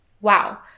Wow